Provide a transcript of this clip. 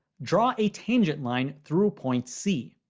draw a tangent line through point c.